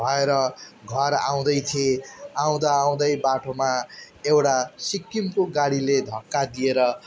भएर घर आउँदै थिएँ आउँदा आउँदै बाटोमा एउटा सिक्किमको गाडीले धक्का दिएर